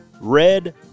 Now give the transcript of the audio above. Red